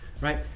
right